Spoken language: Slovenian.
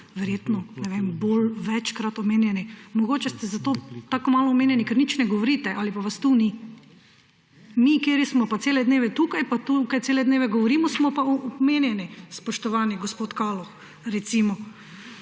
verjetno, ne vem, bolj, večkrat omenjeni. Mogoče ste zato tako malo omenjeni, ker nič ne govorite ali pa vas tu ni. Mi, kateri smo pa cele dneve tukaj, pa tukaj cele dneve govorimo, smo pa omenjeni, spoštovani gospod Kaloh, recimo.